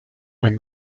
when